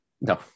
No